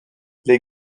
les